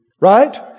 Right